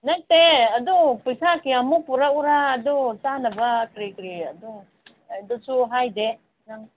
ꯅꯠꯇꯦ ꯑꯗꯨ ꯄꯩꯁꯥ ꯀꯌꯥꯃꯨꯛ ꯄꯨꯔꯛꯎꯔꯥ ꯑꯗꯨ ꯆꯥꯅꯕ ꯀꯔꯤ ꯀꯔꯤ ꯑꯗꯨꯝ ꯑꯗꯨꯁꯨ ꯍꯥꯏꯗꯦ ꯅꯪ